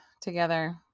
together